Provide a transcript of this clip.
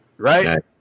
Right